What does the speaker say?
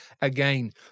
again